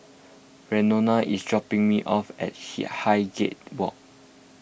Reno is dropping me off at Highgate Walk